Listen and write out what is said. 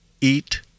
eat